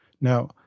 Now